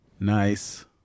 Nice